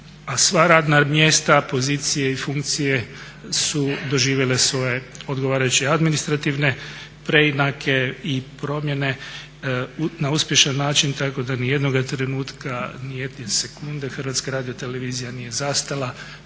a sva radna mjesta, pozicije i funkcije su doživjele svoje odgovarajuće administrativne preinake i promjene na uspješan način tako da nijednoga trenutka, nije sekunde HRT nije zastala